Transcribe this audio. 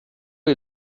est